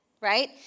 right